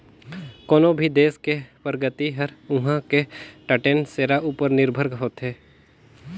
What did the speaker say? कोनो भी देस के परगति हर उहां के टटेन सेरा उपर निरभर होथे